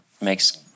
makes